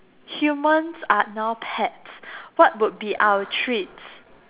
humans are now pets what would be our treats